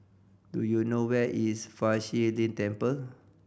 do you know where is Fa Shi Lin Temple